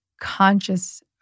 conscious